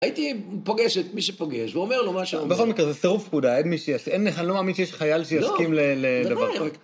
הייתי פוגש את מי שפוגש, ואומר לו מה שאומר. בכל מקרה, זה סירוב פקודה, אני לא מאמין שיש חייל שיסכים לדבר.